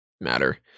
matter